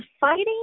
fighting